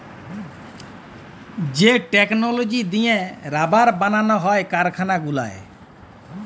যে টেকললজি দিঁয়ে রাবার বালাল হ্যয় কারখালা গুলায়